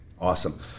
Awesome